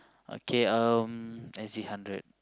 okay um S_G hundred